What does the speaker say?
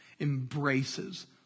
embraces